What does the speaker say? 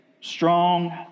strong